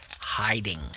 Hiding